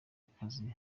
akazi